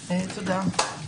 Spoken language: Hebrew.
תודה.